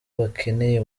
bakeneye